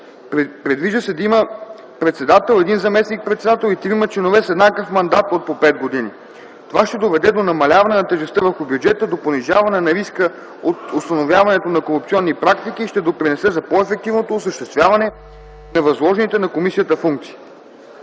Предвижда се да има председател, един заместник-председател и трима членове с еднакъв мандат от по пет години. Това ще доведе до намаляване на тежестта върху бюджета, до понижаване на риска от установяването на корупционни практики и ще допринесе за по-ефективното осъществяване на възложените на комисията функции.